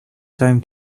time